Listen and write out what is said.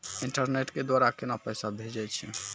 Internet के द्वारा केना पैसा भेजय छै?